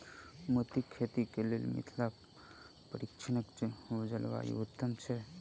मोतीक खेती केँ लेल मिथिला परिक्षेत्रक जलवायु उत्तम छै?